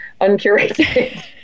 uncurated